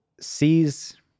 sees